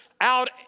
out